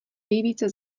nejvíce